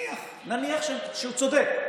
נניח שהוא צודק.